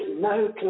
no